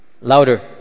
Louder